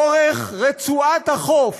אורך רצועת החוף